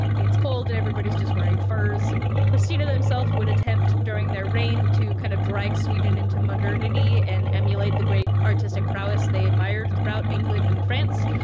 it's cold, and everybody's just wearing furs and kristina themself would attempt, during their reign, to kind of drag sweden into maternity and emulate the great artistic prowess they admired throughout england and france,